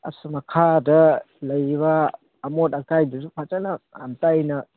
ꯑꯁ ꯃꯈꯥꯗ ꯂꯩꯕ ꯑꯃꯣꯠ ꯑꯀꯥꯏꯗꯨꯁꯨ ꯐꯖꯅ ꯑꯝꯇ ꯑꯩꯅ